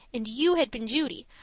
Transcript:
and you had been judy,